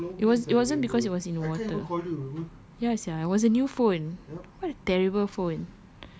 ya it was it wasn't because it was in water ya sia it was a new phone what a terrible phone